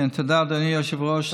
תודה, אדוני היושב-ראש.